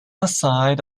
aside